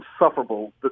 insufferable